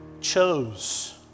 chose